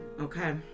okay